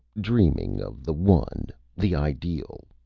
dreaming of the one the ideal.